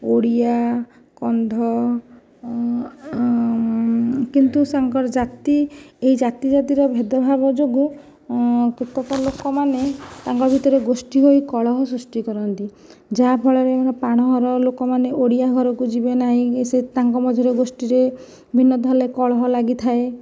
ଓଡ଼ିଆ କନ୍ଧ କିନ୍ତୁ ସେମାନଙ୍କର ଜାତି ଏହି ଜାତିଜାତିର ଭେଦଭାବ ଯୋଗୁଁ କେତେକ ଲୋକମାନେ ତାଙ୍କ ଭିତରେ ଗୋଷ୍ଠୀ ହୋଇ କଳହ ସୃଷ୍ଟି କରନ୍ତି ଯାହାଫଳରେ ପାଣ ଘରର ଲୋକମାନେ ଓଡ଼ିଆ ଘରକୁ ଯିବେ ନାହିଁ କି ସେ ତାଙ୍କ ମଝିରେ ଗୋଷ୍ଠୀରେ କଳହ ଲାଗିଥାଏ